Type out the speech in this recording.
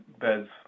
beds